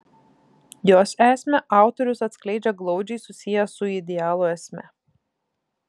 jos esmę autorius atskleidžia glaudžiai susiejęs su idealo esme